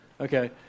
Okay